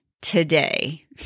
Today